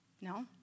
No